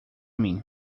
mim